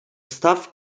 staff